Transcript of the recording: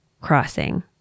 crossing